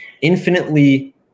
infinitely